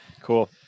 Cool